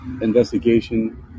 investigation